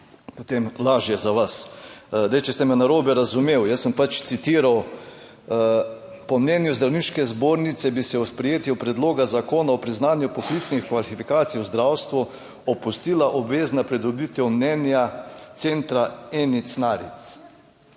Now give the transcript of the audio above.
potem lažje za vas. Zdaj, če ste me narobe razumeli, jaz sem pač citiral: po mnenju Zdravniške zbornice bi se ob sprejetju predloga zakona o priznanju poklicnih kvalifikacij v zdravstvu opustila obvezna pridobitev mnenja centra ENIC-NARIC,